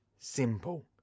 simple